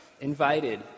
invited